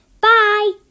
Bye